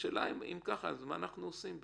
אם כך, אז מה אנחנו עושים?